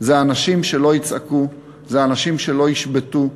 זה אנשים שלא יצעקו, זה אנשים שלא ישבתו,